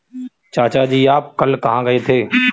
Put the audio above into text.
चाचा जी आप कल कहां गए थे?